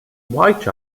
white